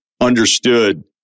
understood